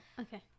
Okay